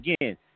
again